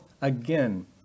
again